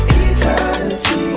eternity